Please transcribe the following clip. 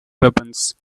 weapons